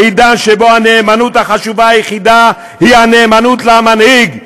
עידן שבו הנאמנות החשובה היחידה היא הנאמנות למנהיג,